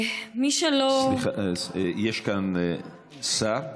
מי שלא, סליחה, יש כאן שר?